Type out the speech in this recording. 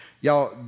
Y'all